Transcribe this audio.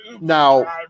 Now